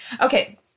Okay